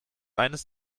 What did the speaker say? eines